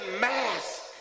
mask